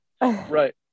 Right